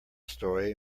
story